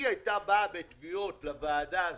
היא הייתה באה בתביעות לוועדה הזאת,